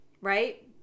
right